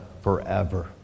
forever